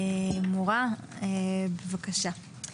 בבקשה.